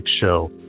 show